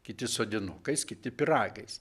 kiti sodinukais kiti pyragais